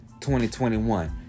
2021